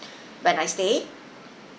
when I stay